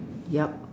yup